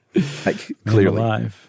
Clearly